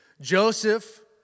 Joseph